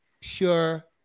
pure